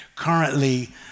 currently